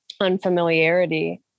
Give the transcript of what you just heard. unfamiliarity